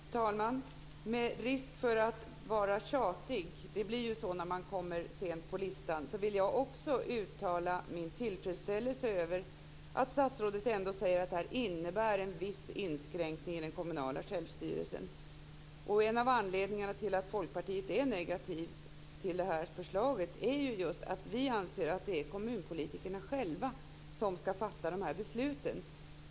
Fru talman! Med risk för att vara tjatig, det blir ju så när man kommer sent på listan, vill jag också uttala min tillfredsställelse över att statsrådet ändå säger att detta innebär en viss inskränkning i den kommunala självstyrelsen. En av anledningarna till att Folkpartiet är negativt till det här förslaget är just att vi anser att det är kommunpolitikerna själva som skall fatta de här besluten.